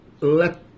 let